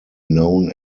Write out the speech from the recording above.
known